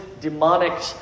demonic